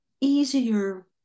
easier